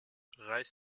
reiß